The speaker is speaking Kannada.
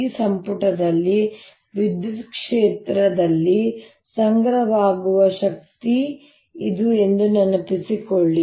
ಈ ಸಂಪುಟದಲ್ಲಿ ವಿದ್ಯುತ್ ಕ್ಷೇತ್ರದಲ್ಲಿ ಸಂಗ್ರಹವಾಗಿರುವ ಶಕ್ತಿ ಇದು ಎಂದು ನೆನಪಿಸಿಕೊಳ್ಳಿ